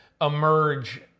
emerge